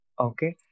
okay